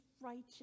righteous